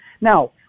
now